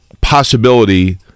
possibility –